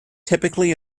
typically